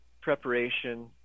preparation